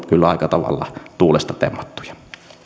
kyllä aika tavalla tuulesta temmattuja